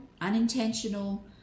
unintentional